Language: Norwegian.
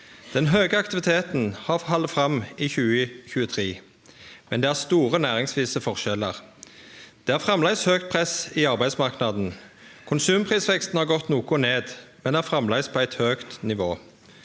Den høge aktiviteten har halde fram i 2023, men det er store næringsvise forskjellar. Det er framleis høgt press i arbeidsmarknaden. Konsumprisveksten har gått noko ned, men er framleis på eit høgt nivå.